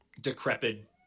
decrepit